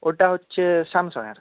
ওটা হচ্ছে স্যামসংয়ের